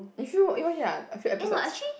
if you you watch already ah a few episodes